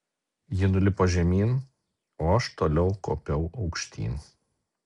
ji nulipo žemyn o aš toliau kopiau aukštyn